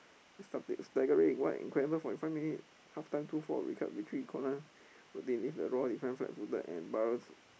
staggering what an incredible forty five minute halftime two four recover retreat corner